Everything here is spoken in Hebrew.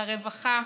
לרווחה,